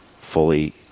fully